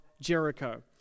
Jericho